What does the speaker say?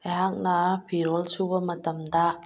ꯑꯩꯍꯥꯛꯅ ꯐꯤꯔꯣꯜ ꯁꯨꯕ ꯃꯇꯝꯗ